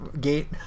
gate